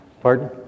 Pardon